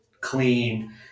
clean